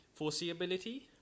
foreseeability